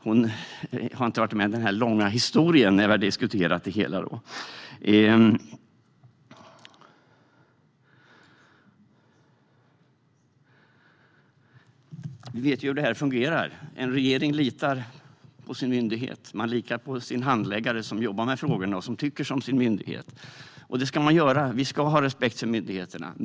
Hon har inte varit med i den långa historien, när vi har diskuterat det hela. Vi vet hur det fungerar. En regering litar på sin myndighet. Man litar på sin handläggare, som jobbar med frågorna och som tycker som sin myndighet. Det ska man göra. Vi ska ha respekt för myndigheterna.